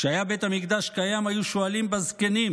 כשהיה בית המקדש קיים היו שואלים בזקנים,